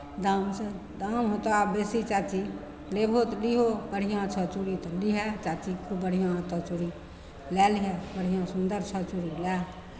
दाम सी दाम हेतौ आब बेसी चाची लेबहौ तऽ लिहो बढ़िआँ छौ चूड़ी तऽ लिहेँ चाची खूब बढ़िआँ हेतौ चूड़ी लए लिहेँ बढ़िआँ सुन्दर छौ चूड़ी लए